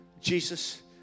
Jesus